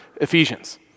Ephesians